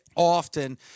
often